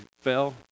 fell